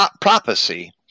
prophecy